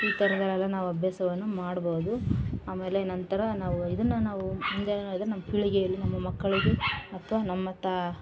ಈ ಥರದಲೆಲ್ಲ ನಾವು ಅಭ್ಯಾಸವನ್ನ ಮಾಡ್ಬೋದು ಆಮೇಲೆ ನಂತರ ನಾವು ಇದನ್ನು ನಾವು ಮುಂದೆ ಅದನ್ನು ಪೀಳಿಗೆಯಲ್ಲಿ ನಮ್ಮ ಮಕ್ಕಳಿಗೆ ಅಥ್ವ ನಮ್ಮ ತಾ